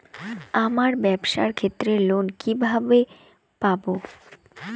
আমার ব্যবসার ক্ষেত্রে লোন কিভাবে পাব?